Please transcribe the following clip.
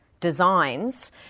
designs